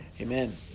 Amen